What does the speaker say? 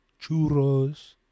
churros